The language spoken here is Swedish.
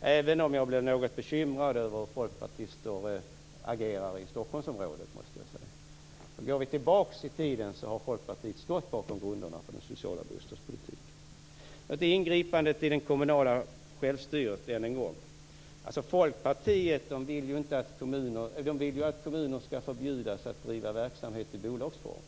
Jag blev något bekymrad över hur folkpartister agerar i Stockholmsområdet, måste jag säga. Går vi tillbaka i tiden har Folkpartiet stått bakom grunderna för den sociala bostadspolitiken. Ingripandet i det kommunala självstyret än en gång. Folkpartiet vill ju att kommuner skall förbjudas att driva verksamhet i bolagsform.